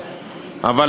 אבל,